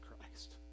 Christ